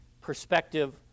perspective